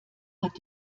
hat